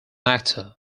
actor